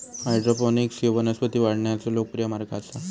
hydroponics ह्यो वनस्पती वाढवण्याचो लोकप्रिय मार्ग आसा